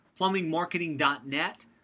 plumbingmarketing.net